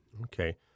Okay